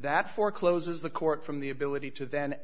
that forecloses the court from the ability to then